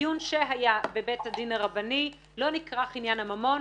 דיון שהיה בבית הדין הרבני לא נכרך עניין הממון,